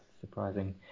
surprising